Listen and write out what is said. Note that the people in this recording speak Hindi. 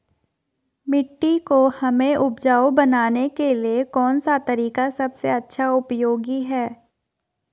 मिट्टी को हमें उपजाऊ बनाने के लिए कौन सा तरीका सबसे अच्छा उपयोगी होगा?